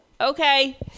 Okay